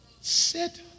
Sit